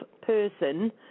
person